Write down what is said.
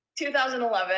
2011